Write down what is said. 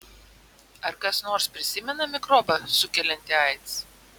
ar kas nors prisimena mikrobą sukeliantį aids